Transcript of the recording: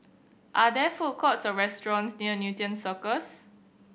are there food courts or restaurants near Newton Cirus